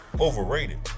Overrated